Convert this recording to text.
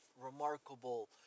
remarkable